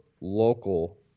local